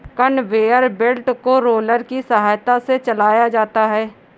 conveyor belt को roller की सहायता से चलाया जाता है